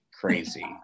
crazy